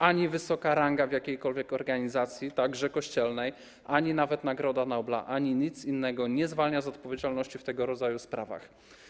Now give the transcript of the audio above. Ani wysoka ranga w jakiejkolwiek organizacji, także kościelnej, ani nawet nagroda Nobla, ani nic innego nie zwalnia z odpowiedzialności w tego rodzaju sprawach.